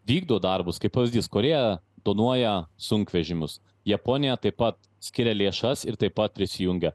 vykdo darbus kaip pavyzdys korėja tonuoja sunkvežimius japonija taip pat skiria lėšas ir taip pat prisijungia